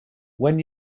when